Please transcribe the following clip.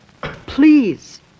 Please